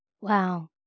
Wow